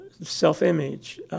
Self-image